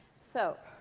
so